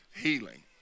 Healing